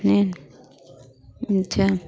अच्छा